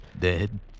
Dead